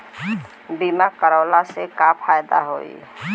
बीमा करवला से का फायदा होयी?